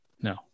No